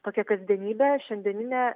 tokią kasdienybę šiandieninę